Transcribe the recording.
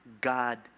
God